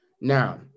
now